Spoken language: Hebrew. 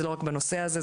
ולא רק בנושא הזה,